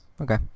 okay